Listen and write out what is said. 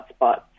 hotspots